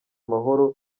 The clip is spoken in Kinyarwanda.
amahoro